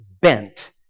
bent